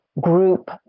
group